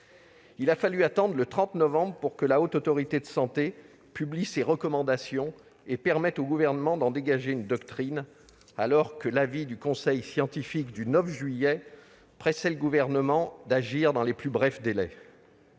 Il a fallu attendre le 30 novembre pour que la Haute Autorité de santé publie ses recommandations et permette au Gouvernement d'en dégager une doctrine, alors que l'avis du conseil scientifique du 9 juillet pressait le Gouvernement d'agir dans les plus brefs délais.